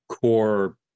core